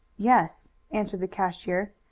yes, answered the cashier.